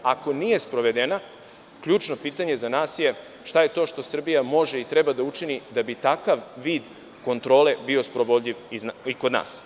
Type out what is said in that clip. Ako nije sprovedena, ključno pitanje za nas je šta je to što Srbija može i treba da učini da bi takav vid kontrole bio sprovodljiv i kod nas?